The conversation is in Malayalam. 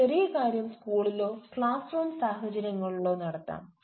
ഈ ചെറിയ കാര്യം സ്കൂളിലോ ക്ലാസ് റൂം സാഹചര്യങ്ങളിലോ നടത്താം